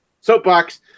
Soapbox